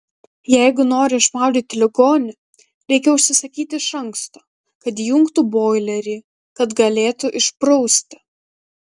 jeigu nori išmaudyti ligonį reikia užsisakyti iš anksto kad įjungtų boilerį kad galėtų išprausti